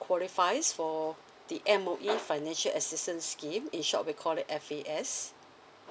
qualifies for the M_O_E financial assistance scheme in short we call it F_A_S